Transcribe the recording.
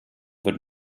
wird